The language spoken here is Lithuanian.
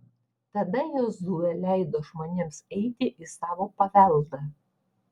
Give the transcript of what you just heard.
tada jozuė leido žmonėms eiti į savo paveldą